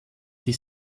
die